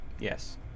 Yes